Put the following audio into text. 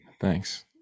Thanks